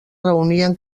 reunien